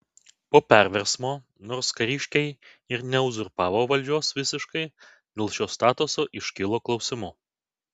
po perversmo nors kariškiai ir neuzurpavo valdžios visiškai dėl šio statuso iškilo klausimų